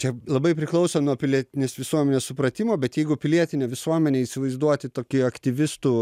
čia labai priklauso nuo pilietinės visuomenės supratimo bet jeigu pilietinę visuomenę įsivaizduoti tokį aktyvistų